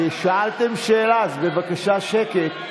שאלתם שאלה, אז בבקשה, שקט.